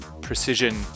precision